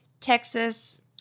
Texas